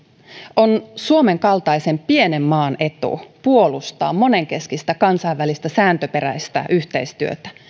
on suomen kaltaisen pienen maan etu puolustaa monenkeskistä kansainvälistä sääntöperäistä yhteistyötä